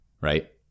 right